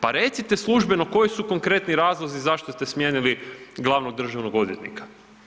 Pa recite službeno koji su konkretni razlozi zašto ste smijenili glavnog državnog odvjetnika?